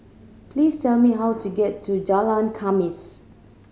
please tell me how to get to Jalan Khamis